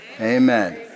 Amen